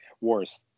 Wars